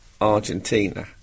Argentina